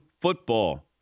FOOTBALL